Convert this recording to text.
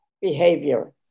behavior